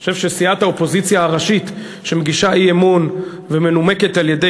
אני חושב שסיעת האופוזיציה הראשית שמגישה אי-אמון ומנומקת על-ידי